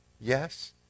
yes